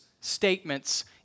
statements